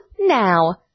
now